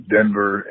Denver